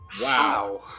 wow